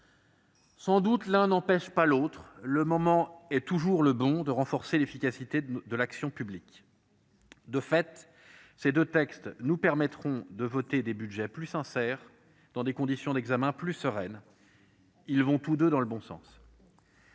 Sans doute, car l'un n'empêche pas l'autre. Le moment est toujours le bon quand il s'agit de renforcer l'efficacité de l'action publique. De fait, ces deux textes nous permettront de voter des budgets plus sincères dans des conditions plus sereines. Ils vont donc tous deux dans le bon sens.